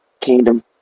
Kingdom